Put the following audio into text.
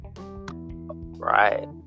right